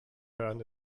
hören